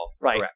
Right